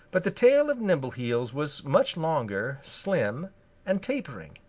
but the tail of nimbleheels was much longer, slim and tapering.